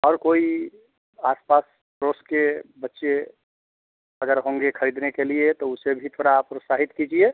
और कोई आस पास दोस्त के बच्चे अगर होंगे ख़रीदने के लिए तो उसे भी तोड़ा आप प्रोत्साहित कीजिए